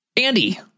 Andy